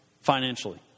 financially